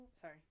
Sorry